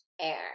air